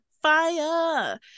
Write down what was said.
fire